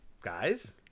Guys